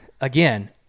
again